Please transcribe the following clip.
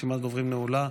רשימת דוברים נעולה.